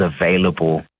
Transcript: available